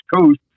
Coast